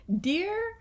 dear